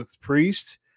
Priest